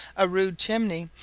a rude chimney,